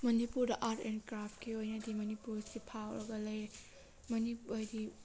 ꯃꯅꯤꯄꯨꯔꯗ art and ꯀ꯭ꯔꯥꯐꯀꯤ ꯑꯣꯏꯅꯗꯤ ꯃꯅꯤꯄꯨꯔꯁꯤ ꯐꯥꯎꯔꯒ ꯂꯩꯔꯦ ꯍꯥꯏꯗꯤ